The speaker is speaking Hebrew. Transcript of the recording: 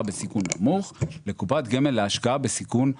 בסיכון נמוך לקופת גמל להשקעה בסיכון גבוה.